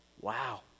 wow